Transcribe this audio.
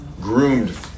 groomed